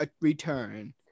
return